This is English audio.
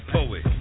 Poet